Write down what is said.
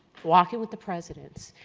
walking with the president's,